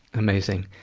amazing.